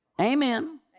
Amen